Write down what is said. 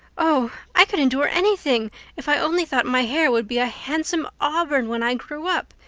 oh, i could endure anything if i only thought my hair would be a handsome auburn when i grew up.